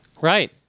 right